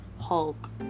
Hulk